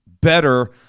better